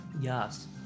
Yes